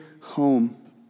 home